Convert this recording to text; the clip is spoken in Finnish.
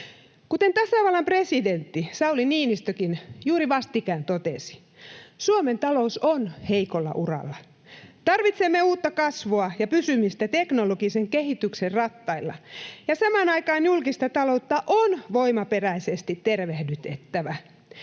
Kuten tasavallan presidentti Sauli Niinistökin juuri vastikään totesi, Suomen talous on heikolla uralla, tarvitsemme uutta kasvua ja pysymistä teknologisen kehityksen rattailla, ja samaan aikaan julkista taloutta on voimaperäisesti tervehdytettävä,